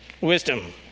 Wisdom